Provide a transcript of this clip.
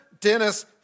Dennis